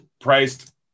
Priced